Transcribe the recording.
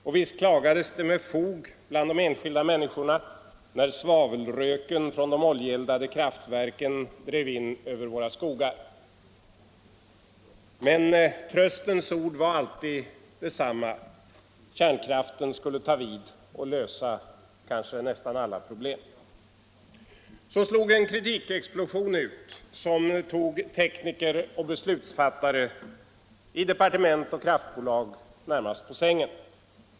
Och visst klagades det med fog bland de enskilda människorna när svavelröken från de oljeeldade kraftverken drev in över våra skogar. Men tröstens ord var alltid desamma: kärnkraften skulle ta vid och lösa alla problem. Så slog en kritikexplosion ut som tog tekniker och beslutsfattare i departement och kraftbolag på sängen.